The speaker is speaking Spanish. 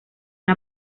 una